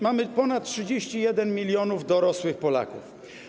Mamy ponad 31 mln dorosłych Polaków.